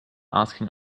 asking